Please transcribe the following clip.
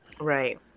Right